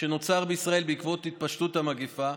שנוצר בישראל בעקבות התפשטות המגפה,